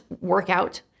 workout